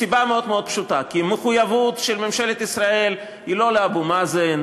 מסיבה מאוד פשוטה: כי המחויבות של ממשלת ישראל היא לא לאבו מאזן,